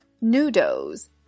noodles